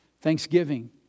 Thanksgiving